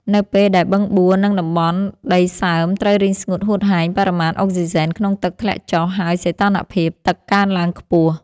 នៅពេលដែលបឹងបួរ និងតំបន់ដីសើមត្រូវរីងស្ងួតហួតហែង បរិមាណអុកស៊ីសែនក្នុងទឹកធ្លាក់ចុះ ហើយសីតុណ្ហភាពទឹកកើនឡើងខ្ពស់។